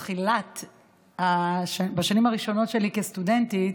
בשנים הראשונות שלי כסטודנטית